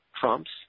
trumps